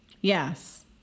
Yes